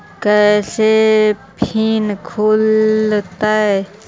कैसे फिन खुल तय?